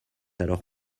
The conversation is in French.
alors